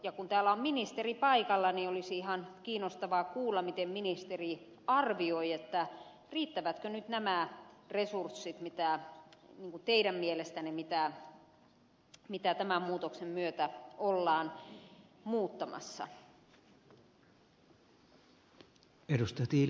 ja kun täällä on ministeri paikalla niin olisi ihan kiinnostavaa kuulla miten ministeri arvioi riittävätkö nyt teidän mielestänne nämä resurssit mitä tämän muutoksen myötä ollaan muuttamassa